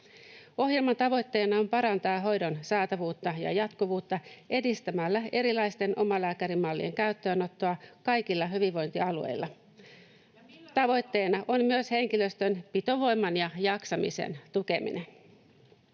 Ohjelman tavoitteena on parantaa hoidon saatavuutta ja jatkuvuutta edistämällä erilaisten omalääkärimallien käyttöönottoa kaikilla hyvinvointialueilla. [Krista Kiuru: Ja millä rahalla?] Tavoitteena on myös henkilöstön pitovoiman ja jaksamisen tukeminen.